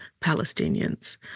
Palestinians